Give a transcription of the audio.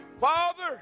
Father